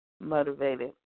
motivated